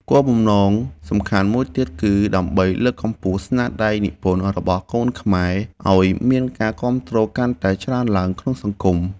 គោលបំណងសំខាន់មួយទៀតគឺដើម្បីលើកកម្ពស់ស្នាដៃនិពន្ធរបស់កូនខ្មែរឱ្យមានការគាំទ្រកាន់តែច្រើនឡើងក្នុងសង្គម។